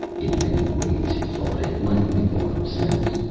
in many ways, he thought, it might make a lot of sense.